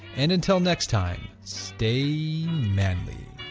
and until next time stay manly